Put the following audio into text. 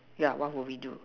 yeah why will we do